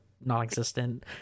non-existent